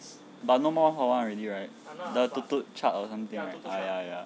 but no more hot one already right the tuk tuk cha or something right err ya ya